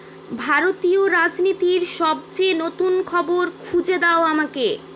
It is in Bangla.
ভারতীয় রাজনীতির সবচেয়ে নতুন খবর খুঁজে দাও আমাকে